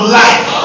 life